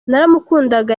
naramukundaga